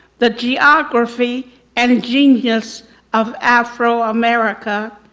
the geography and genius of afro-america.